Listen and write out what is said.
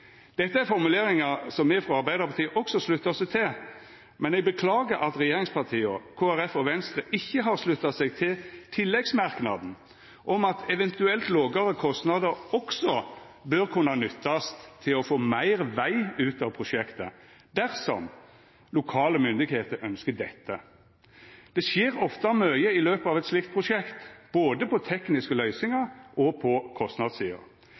Dette er formuleringar som me frå Arbeidarpartiet også sluttar oss til, men eg beklagar at regjeringspartia, Kristeleg Folkeparti og Venstre ikkje har slutta seg til tilleggsmerknaden om at eventuelt lågare kostnader også bør kunna nyttast til å få meir veg ut av prosjektet dersom lokale myndigheiter ønskjer dette. Det skjer ofte mykje i løpet av eit slikt prosjekt, både når det gjeld tekniske løysingar, og på kostnadssida.